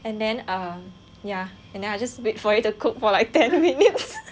and then um ya and then I just wait for it to cook for like ten minutes